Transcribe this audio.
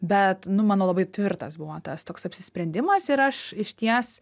bet nu mano labai tvirtas buvo tas toks apsisprendimas ir aš išties